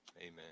Amen